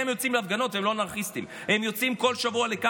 הם יוצאים להפגנות והם לא אנרכיסטים.